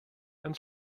and